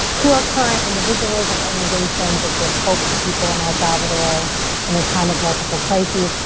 who are current individuals and organizations that give hope to people in el salvador in a time of multiple crises?